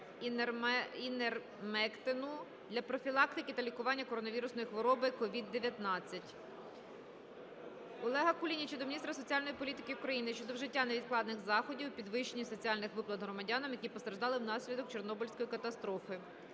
івермектину для профілактики та лікування коронавірусної хвороби COVID-19. Олега Кулініча до міністра соціальної політики України щодо вжиття невідкладних заходів у підвищенні соціальних виплат громадянам, які постраждали внаслідок Чорнобильської катастрофи.